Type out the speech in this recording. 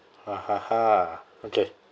hahaha okay